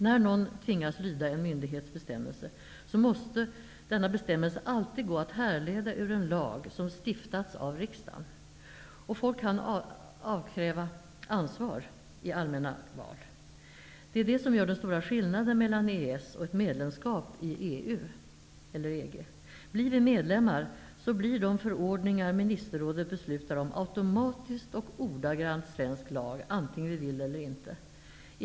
När någon tvingas lyda en myndighets bestämmelse, måste denna bestämmelse alltid gå att härleda ur en lag som stiftats av riksdagen. Och folk kan utkräva ansvar i allmänna val. Det är detta som gör den stora skillnaden mellan EES och ett medlemskap i EG/EU. Blir vi medlemmar, så blir de förordningar ministerrådet beslutar om automatiskt och ordagrant svensk lag, antingen vi vill det eller inte.